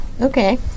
Okay